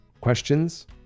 Questions